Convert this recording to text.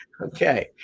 Okay